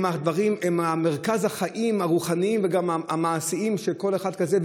הם מרכז החיים הרוחניים וגם המעשיים של כל אחד כזה.